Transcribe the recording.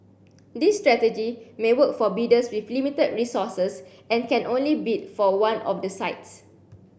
this strategy may work for bidders with limited resources and can only bid for one of the sites